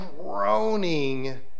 groaning